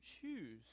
choose